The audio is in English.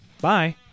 Bye